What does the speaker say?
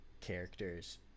characters